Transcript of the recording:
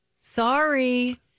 Sorry